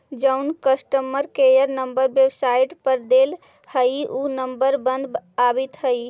जउन customer care number website पर देल हई ऊ नंबर बंद आबित हई